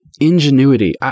ingenuity